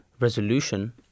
resolution